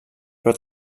però